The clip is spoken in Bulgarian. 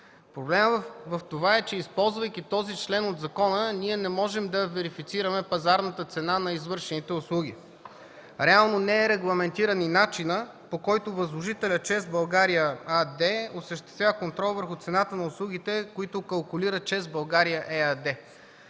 Проблемът е в това, че използвайки този член от закона, не можем да верифицираме пазарната цена на извършените услуги. Реално не е регламентиран и начинът, по който възложителят „ЧЕЗ България” АД осъществява контрол върху цената на услугите, които калкулира „ЧЕЗ България” ЕАД.